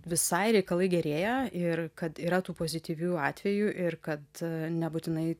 visai reikalai gerėja ir kad yra tų pozityvių atvejų ir kad nebūtinai